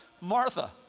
Martha